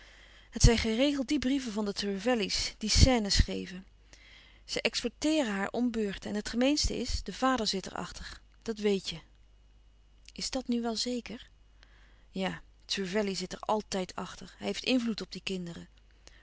het zijn geregeld die brieven van de trevelley's die scènes geven ze exploiteeren haar om beurten en het gemeenste is de vader zit er achter dat weet je is dat nu wel zeker ja trevelley zit er altijd achter hij heeft invloed op die kinderen